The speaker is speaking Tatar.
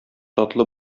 татлы